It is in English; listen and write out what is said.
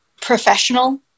professional